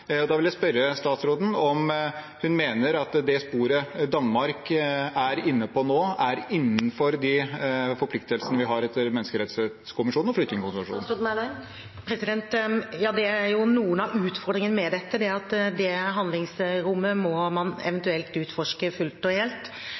Da vil jeg spørre statsråden om hun mener at det sporet Danmark er inne på nå, er innenfor de forpliktelsene vi har etter menneskerettskonvensjonen og flyktningkonvensjonen. Noen av utfordringene med dette er at det handlingsrommet må man